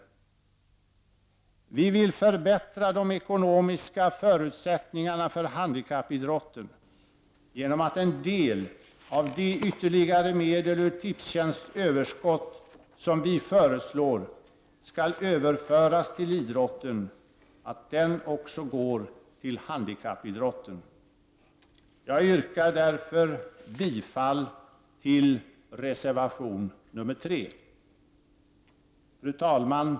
Vi moderater vill förbättra de ekonomiska förutsättningarna för handikappidrotten genom att låta en del av de ytterligare medel ur Tipstjänsts överskott som vi föreslår skall överföras till idrotten gå till handikappidrotten. Jag yrkar därför bifall till reservation 3. Fru talman!